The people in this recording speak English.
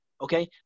okay